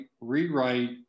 rewrite